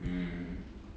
mm